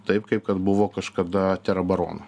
taip kaip kad buvo kažkada tera barono